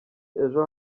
ejo